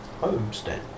homestead